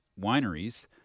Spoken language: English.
wineries